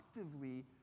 actively